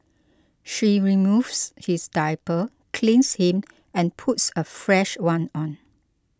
she removes his diaper cleans him and puts a fresh one on